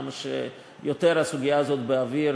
ככל שהסוגיה הזאת יותר באוויר,